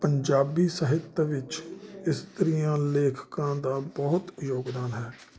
ਪੰਜਾਬੀ ਸਾਹਿਤ ਵਿੱਚ ਇਸਤਰੀਆਂ ਲੇਖਕਾਂ ਦਾ ਬਹੁਤ ਯੋਗਦਾਨ ਹੈ